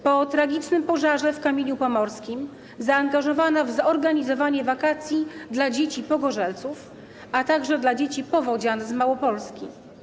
Po tragicznym pożarze w Kamieniu Pomorskim zaangażowana w zorganizowanie wakacji dla dzieci pogorzelców, a także dla dzieci powodzian z Małopolski.